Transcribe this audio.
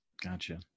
Gotcha